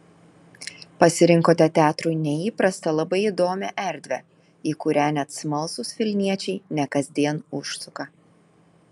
pasirinkote teatrui neįprastą labai įdomią erdvę į kurią net smalsūs vilniečiai ne kasdien užsuka